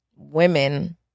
Women